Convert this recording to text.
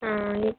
ಹಾಂ ಎ